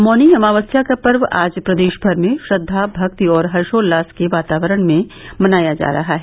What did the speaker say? मौनी अमावस्या का पर्व आज प्रदेशभर में श्रद्वा भक्ति और हर्षोल्लास के वातावरण में मनाया जा रहा है